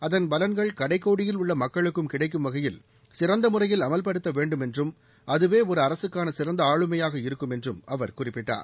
அதன் பலன்கள் கடைக் கோடியில் உள்ள மக்களுக்கும் கிடைக்கும் வகையில் சிறந்த முறையில் அமல்படுத்த வேண்டும் என்றும் அதுவே ஒரு அரசுக்கான சிறந்த ஆளுமையாக இருக்கும் என்றும் அவர் குறிப்பிட்டார்